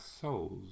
souls